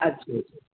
اچھے سے